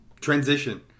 Transition